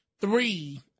three